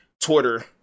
Twitter